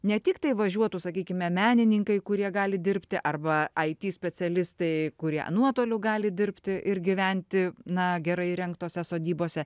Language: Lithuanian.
ne tiktai važiuotų sakykime menininkai kurie gali dirbti arba it specialistai kurie nuotoliu gali dirbti ir gyventi na gerai įrengtose sodybose